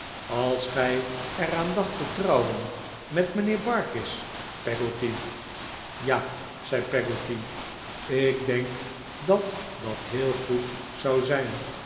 als gij er aan dacht te gaan trouwen met mijnheer barkis peggotty ja zei peggotty ik denk dat dat heel goed zou zijn